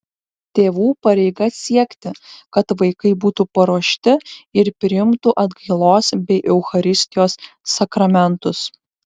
tėvų pareiga siekti kad vaikai būtų paruošti ir priimtų atgailos bei eucharistijos sakramentus